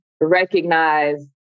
recognize